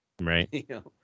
Right